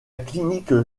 clinique